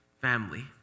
family